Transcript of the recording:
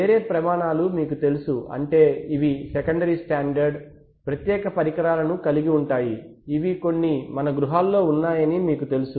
వేరే ప్రమాణాలు మీకు తెలుసు అంటే ఇవి సెకండరీ స్టాండర్డ్ ప్రత్యేక పరికరాలను కలిగి ఉంటాయి ఇవి కొన్ని మన గృహాల్లో ఉన్నాయని మీకు తెలుసు